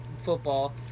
football